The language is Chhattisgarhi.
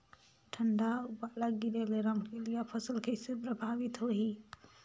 ठंडा अउ पाला गिरे ले रमकलिया फसल कइसे प्रभावित होही?